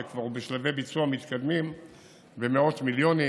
שהוא כבר בשלבי ביצוע מתקדמים במאות מיליונים,